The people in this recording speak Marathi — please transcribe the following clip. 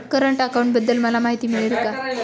करंट अकाउंटबद्दल मला माहिती मिळेल का?